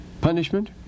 Punishment